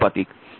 এখন v Ri